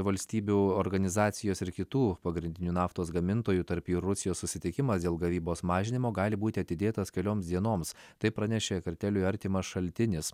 valstybių organizacijos ir kitų pagrindinių naftos gamintojų tarp jų rusijos susitikimas dėl gavybos mažinimo gali būti atidėtas kelioms dienoms tai pranešė karteliui artimas šaltinis